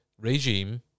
regime